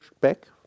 back